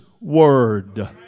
word